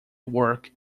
work